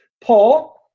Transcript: Paul